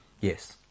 yes